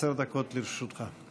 עד עשר דקות לרשותך.